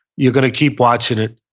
you're going to keep watching it.